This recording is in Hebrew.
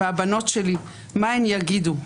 והבנות שלי, מה הן יגידו?